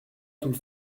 tout